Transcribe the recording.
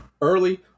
early